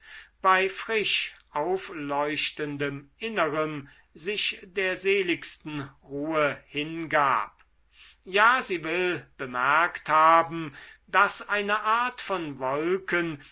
bei frisch aufleuchtendem innerem sich der seligsten ruhe hingab ja sie will bemerkt haben daß eine art von wolken